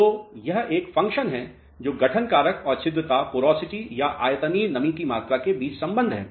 तो यह एक फ़ंक्शन है जो गठन कारक और छिद्रता या आयतनीय नमी की मात्रा के बीच संबंध है